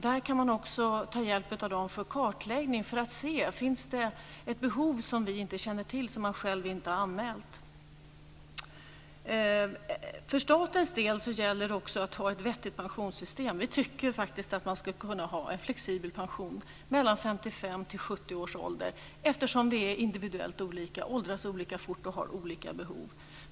Där går det att ta hjälp av organisationerna för att kartlägga och se om det finns ett behov som vi inte känner till och som inte anmäls. För statens del gäller det att ha ett vettigt pensionssystem. Vi tycker att det ska gå att ha en flexibel pensionsålder, 55-70 års ålder, eftersom vi är individuellt olika. Vi åldras olika fort och har olika behov.